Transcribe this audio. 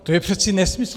To je přeci nesmysl.